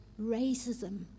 racism